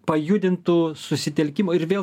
pajudintų susitelkimo ir vėl